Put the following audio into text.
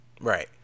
right